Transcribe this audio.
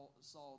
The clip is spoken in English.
saw